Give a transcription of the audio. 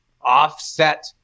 offset